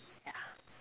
yeah